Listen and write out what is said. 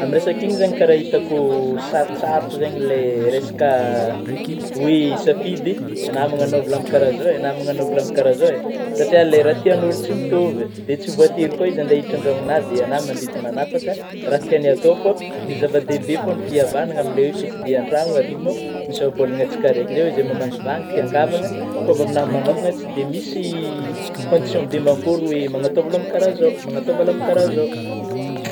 Amin'ny resaky igny zagny kara itako sarotsarotra zeigny le resaka, oe hisafidy lamba agnaovagna kara zao eh, lamba agnaovagna kara zao eh satria ilay raha tian'ôlô tsy mitôvy, dia tsy votery kôa izy andeha hiditra an-dranonahy, dia agnahy mandidy, magnapakaka raha tiagny atao fô, ny zava-dehibe fô ny fihavagnagna amin'ny le oe fitsidihan-tragno, aty io mô misy ôhabôlagna antsika raiky zay hoe: izay mahavangivangy tian-kavagna, koa avy amin'gna manokagna tsy dia misy condition be mankôry, oe magnataova lambo kara zao na magnataova lambo kara zao.